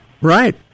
Right